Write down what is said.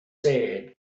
sad